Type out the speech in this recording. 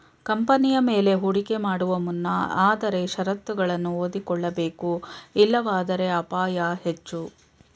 ಕಂಪನಿಯ ಮೇಲೆ ಹೂಡಿಕೆ ಮಾಡುವ ಮುನ್ನ ಆದರೆ ಶರತ್ತುಗಳನ್ನು ಓದಿಕೊಳ್ಳಬೇಕು ಇಲ್ಲವಾದರೆ ಅಪಾಯ ಹೆಚ್ಚು